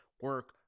Work